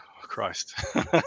christ